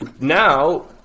now